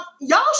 Y'all